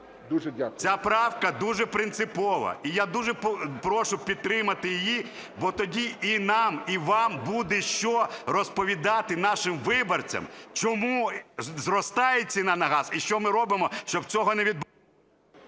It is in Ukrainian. Ця правка дуже принципова, і я дуже прошу підтримати її, бо тоді і нам, і вам буде що розповідати нашим виборцям, чому зростає ціна на газ і що ми робимо, щоб цього… ГОЛОВУЮЧИЙ.